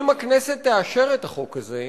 אם הכנסת תאשר את החוק הזה,